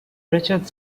pritchard